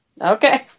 Okay